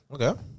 okay